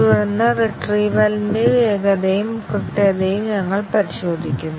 തുടർന്ന് റിട്രീവൽ ന്റ്റെ വേഗതയും കൃത്യതയും ഞങ്ങൾ പരിശോധിക്കുന്നു